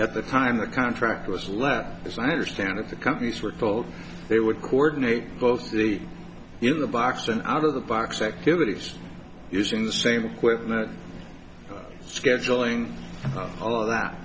at the time the contract was left as i understand it the companies were told they would coordinate both in the box and out of the box activities using the same equipment scheduling all that